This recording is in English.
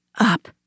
up